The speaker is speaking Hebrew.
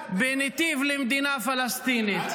בנתיב למדינה פלסטינית.